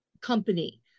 company